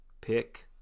pick